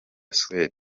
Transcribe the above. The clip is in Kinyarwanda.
suede